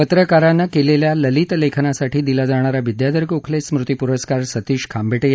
पत्रकाराने केलेल्या ललित लेखनासाठी दिला जाणारा विद्याधर गोखले स्मृती पुरस्कार सतीश खांबेटे